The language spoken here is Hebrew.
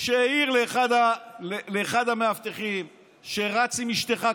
שהעיר לאחד המאבטחים שרץ עם אשתך,